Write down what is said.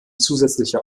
zusätzlicher